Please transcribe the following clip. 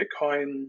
Bitcoin